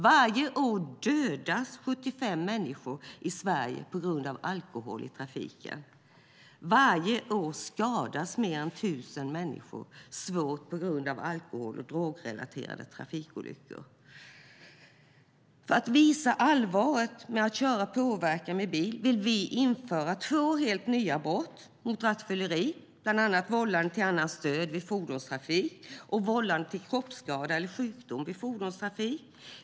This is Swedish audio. Varje år dödas ca 75 människor i Sverige på grund av alkohol i trafiken. Varje år skadas mer än 1 000 människor svårt på grund av alkohol och drogrelaterade trafikolyckor. För att visa allvaret med att köra bil påverkad vill vi införa två helt nya brottsrubriceringar vid rattfylleri: vållande till annans död vid fordonstrafik och vållande till kroppsskada eller sjukdom vid fordonstrafik.